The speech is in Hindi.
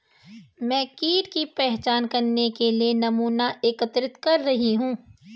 मैं कीट की पहचान करने के लिए नमूना एकत्रित कर रही हूँ